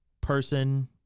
person